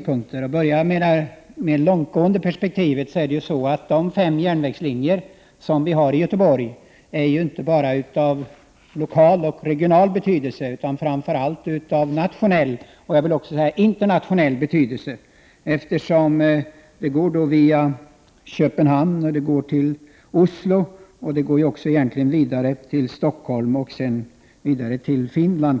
på denna fråga ur ett mer långtgående perspektiv är de fem järnvägslinjer som vi har i Göteborg inte bara av lokal och regional betydelse, utan framför allt av nationell och internationell betydelse, eftersom Göteborg har förbindelse med Köpenhamn, Oslo, Stockholm och vidare indirekt med Finland.